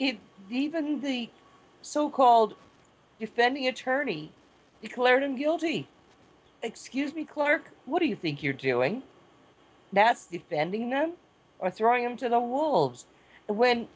even the so called defending attorney claritin guilty excuse me clerk what do you think you're doing that's the bending no or throwing them to the wolves when